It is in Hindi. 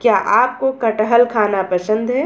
क्या आपको कठहल खाना पसंद है?